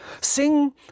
Sing